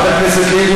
חברת הכנסת לבני,